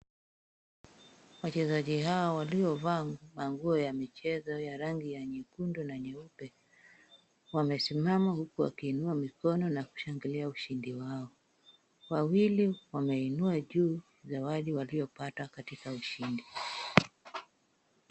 Wachezaji hawa waliovaa nguo ya michezo ya rangi ya nyekundu na nyeupe, wamesimama huku wakiinua mikono na kushangilia ushindi wao. Wawili wameinua juu zawadi waliyopata katika ushindi.